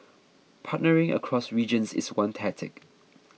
partnering across regions is one tactic